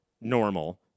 normal